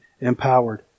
empowered